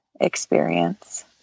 experience